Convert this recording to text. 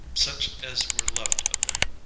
such as were left of them,